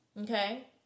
Okay